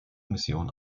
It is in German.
mission